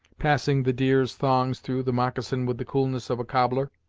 passing the deer's thongs through the moccasin with the coolness of a cobbler.